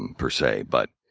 and per se, but